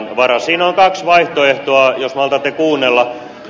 siinä on kaksi vaihtoehtoa jos maltatte kuunnella